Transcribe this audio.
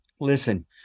Listen